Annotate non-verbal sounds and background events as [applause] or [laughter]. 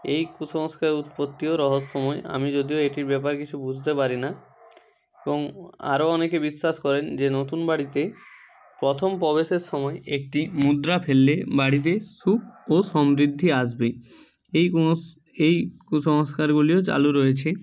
এই কুসংস্কারের উৎপত্তিও রহস্যময় আমি যদিও এটির ব্যাপারে কিছু বুঝতে পারি না এবং আরও অনেকে বিশ্বাস করেন যে নতুন বাড়িতে প্রথম প্রবেশের সময় একটি মুদ্রা ফেললে বাড়িতে সুখ ও সমৃদ্ধি আসবে এই কুস্ [unintelligible] এই কুসংস্কারগুলিও চালু রয়েছে